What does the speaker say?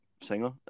singer